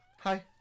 Hi